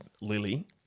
Lily